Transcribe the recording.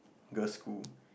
girl school